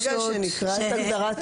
נכנסנו להגדרה חדשה שהכנסתם.